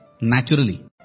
naturally